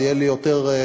זה יהיה לי יותר קל,